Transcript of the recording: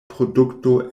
produkto